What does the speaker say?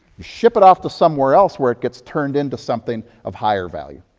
ship it off to somewhere else where it gets turned into something of higher value.